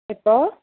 എപ്പോൾ